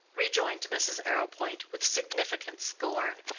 rejoined mrs. arrowpoint, with significant scorn.